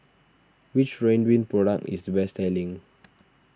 which Ridwind product is the best selling